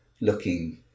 looking